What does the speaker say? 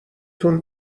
تون